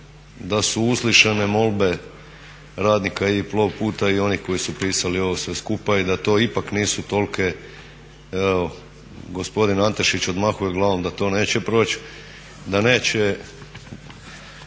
da su uslišane molbe radnika i Plovputa i onih koji su pisali ovo sve skupa i da to ipak nisu tolike. Evo, gospodin Antešić odmahuje glavom da to neće proći, da neće